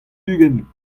ugent